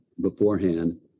beforehand